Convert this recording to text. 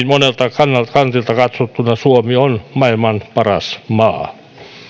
monelta kantilta kantilta katsottuna suomi on maailman paras maa